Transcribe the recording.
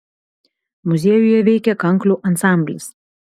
muziejuje veikia kanklių ansamblis